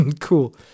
Cool